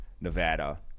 Nevada